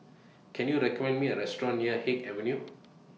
Can YOU recommend Me A Restaurant near Haig Avenue